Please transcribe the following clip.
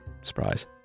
Surprise